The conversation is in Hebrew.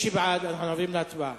אנחנו עוברים להצבעה.